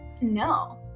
No